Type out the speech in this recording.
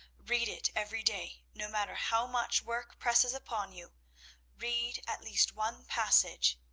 read it every day, no matter how much work presses upon you read at least one passage.